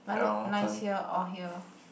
but I look nice here or here